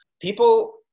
people